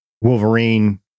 Wolverine